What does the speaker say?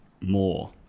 more